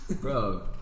Bro